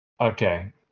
Okay